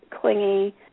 clingy